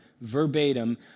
verbatim